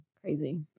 Crazy